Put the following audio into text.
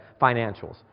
financials